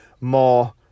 more